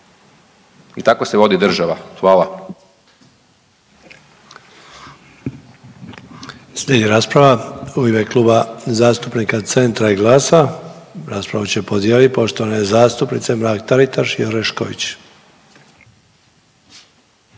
I tako se vodi država. Hvala.